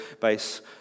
base